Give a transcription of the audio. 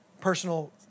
personal